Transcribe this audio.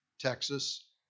Texas